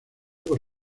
por